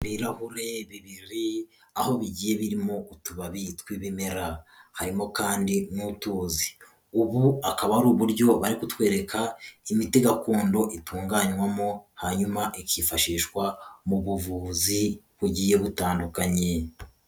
Ibirahure bibiri aho bigiye birimo utubabi tw'ibimera, harimo kandi n'utuzi, ubu akaba ari uburyo bari kutwereka imiti gakondo itunganywamo hanyuma ikifashishwa mu buvuzi bugiye butandukanye.